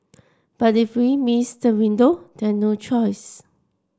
but if we miss the window then no choice